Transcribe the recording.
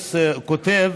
סמוטריץ כותב: